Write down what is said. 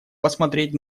посмотреть